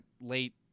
late